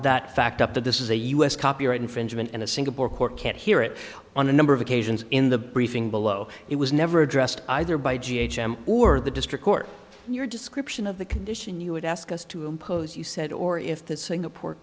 that fact up that this is a us copyright infringement and a single court can't hear it on a number of occasions in the briefing below it was never addressed either by him or the district court and your description of the condition you would ask us to impose you said or if that singapore